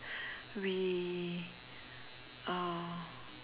we uh